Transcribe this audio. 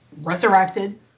resurrected